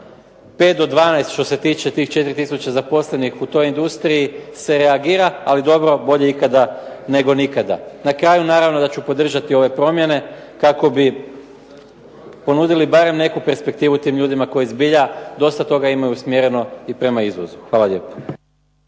dvanaest što se tiče tih 4000 zaposlenih u toj industriji se reagira. Ali dobro, bolje ikada nego nikada. Na kraju naravno da ću podržati ove promjene kako bi ponudili barem neku perspektivu tim ljudima koji zbilja dosta toga imaju usmjereno i prema izvozu. Hvala lijepo.